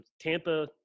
Tampa